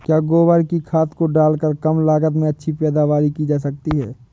क्या गोबर की खाद को डालकर कम लागत में अच्छी पैदावारी की जा सकती है?